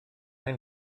ein